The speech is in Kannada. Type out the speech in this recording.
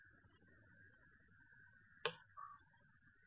ಇದು ಯುನಿಟ್ ಸಮಯಕ್ಕೆ ಪ್ರತಿ ಯೂನಿಟ್ ಪ್ರದೇಶಕ್ಕೆ ಶಕ್ತಿಯ ಹರಿವು ಎಂಬುದನ್ನು ನೆನಪಿನಲ್ಲಿಡಿ